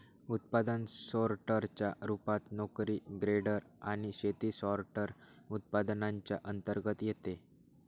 उत्पादन सोर्टर च्या रूपात, नोकरी ग्रेडर आणि शेती सॉर्टर, उत्पादनांच्या अंतर्गत येते